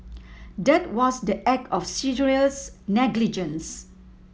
that was the act of serious negligence